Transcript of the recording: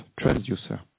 transducer